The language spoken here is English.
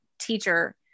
teacher